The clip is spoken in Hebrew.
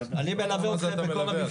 אני לא הפרעתי לך אני מלווה אתכם בכל המבצעים.